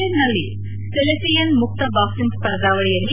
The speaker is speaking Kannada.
ಪೊಲೆಂಡ್ನಲ್ಲಿ ಸಿಲೆಸಿಯನ್ ಮುಕ್ತ ಬಾಕ್ಸಿಂಗ್ ಸ್ವರ್ಧಾವಳಿಯಲ್ಲಿ